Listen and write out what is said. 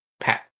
pat